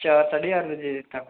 चार साड्डे चार बजे तक